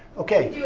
okay,